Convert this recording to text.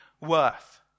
worth